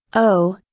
oh,